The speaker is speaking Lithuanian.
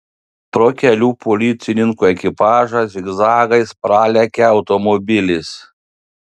pro kelių policininkų ekipažą zigzagais pralekia automobilis